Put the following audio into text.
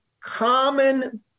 common